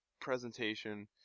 presentation